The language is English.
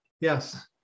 Yes